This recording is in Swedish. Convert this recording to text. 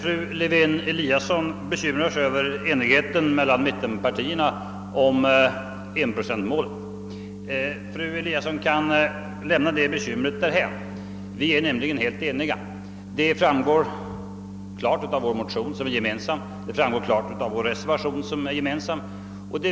Fru Lewén-Eliasson bekymrar sig över enigheten mellan mittenpartierna om 1-procentsmålet. Fru Lewén-Eliasson kan lämna detta bekymmer därhän. Vi är nämligen helt eniga. Detta framgår klart av vår motion som är gemensam, det framgår klart av vår reservation som också är gemensam.